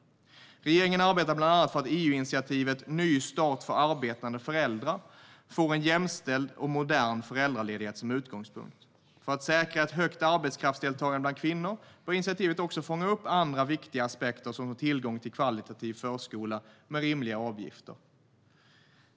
Regeringen arbetar bland annat för att EU-initiativet Ny start för arbetande föräldrar får en jämställd och modern föräldraledighet som utgångspunkt. För att säkra ett högt arbetskraftsdeltagande bland kvinnor bör initiativet också fånga upp andra viktiga aspekter såsom tillgång till högkvalitativ förskola med rimliga avgifter.